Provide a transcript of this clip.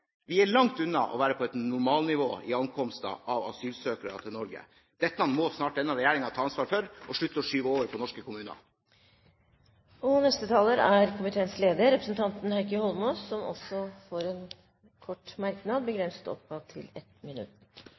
Vi er langt unna å være på et normalnivå i ankomster av asylsøkere til Norge. Dette må snart denne regjeringen ta ansvar for og slutte å skyve det over på norske kommuner. Heikki Holmås har hatt ordet to ganger og får ordet til en kort merknad, begrenset til 1 minutt.